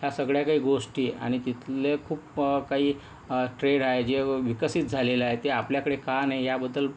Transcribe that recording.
या सगळ्या काय गोष्टी आणि तिथले खूप काही ट्रेड आहे जे व विकसित झालेलं आहे ते आपल्याकडे का नाही याबद्दल